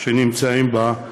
שנמצאים בהן,